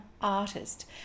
artist